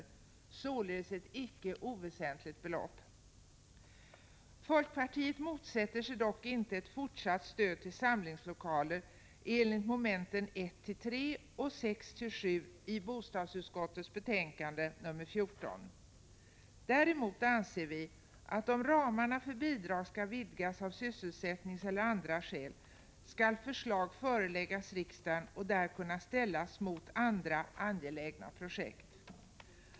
Det är således ett icke oväsentligt belopp. Folkpartiet motsätter sig dock inte att ett stöd även fortsättningsvis utgår till samlingslokaler enligt mom. 1—3 och 6—7 i bostadsutskottets betänkande nr 14. Däremot anser vi att om ramarna för bidrag skall vidgas av sysselsättningsskäl eller av andra skäl skall förslag föreläggas riksdagen och där kunna ställas mot andra angelägna projekt.